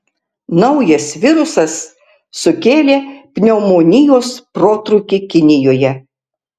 naujas virusas sukėlė pneumonijos protrūkį kinijoje